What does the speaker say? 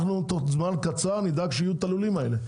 אנחנו נדאג שבתוך זמן קצר יהיו את הלולים האלה,